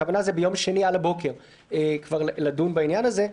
כמובן שהכוונה היא לדון ביום שני על הבוקר בעניין הזה.